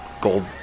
Gold